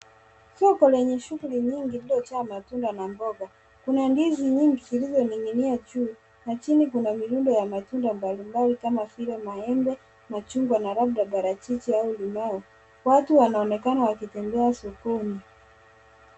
Soko lenye shughuli nyingi lililojaa matunda na mboga. Kuna ndizi nyingi zilizoning'inia juu, na chini kuna mirundo ya matunda mbalimbali kama vile maembe, machungwa, na labda parachichi au limau. Watu wanaonekana wakitembea sokoni.